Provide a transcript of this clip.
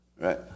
Right